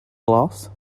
glass